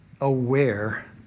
aware